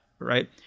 Right